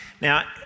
Now